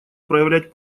проявлять